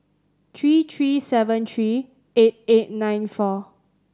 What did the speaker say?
three three seven three eight eight nine four